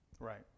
Right